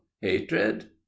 hatred